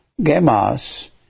Gemas